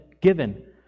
given